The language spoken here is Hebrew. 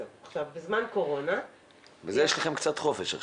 עכשיו יש לכם קצת חופש.